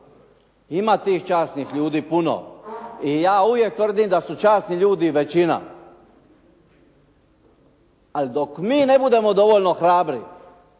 Ima tih časnih ljudi puno i ja uvijek tvrdim da su časni ljudi većina. Ali dok mi ne budemo dovoljno hrabri